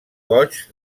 goigs